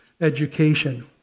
education